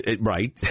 Right